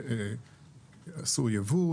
שעשו יבוא,